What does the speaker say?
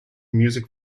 music